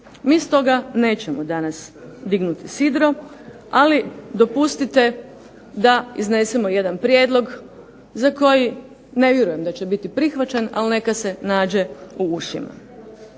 Mi stoga nećemo danas dignuti sidro, ali dopustite da iznesemo jedan prijedlog za koji ne vjerujem da će biti prihvaćen, ali neka se nađe u ušima.